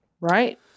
Right